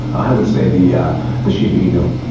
i would say the yeah the shiba inu.